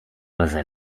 lze